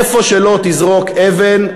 איפה שלא תזרוק אבן,